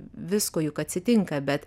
visko juk atsitinka bet